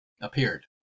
appeared